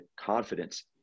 confidence